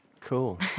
cool